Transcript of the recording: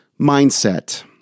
mindset